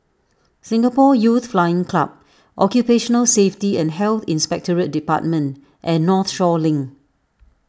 Singapore Youth Flying Club Occupational Safety and Health Inspectorate Department and Northshore Link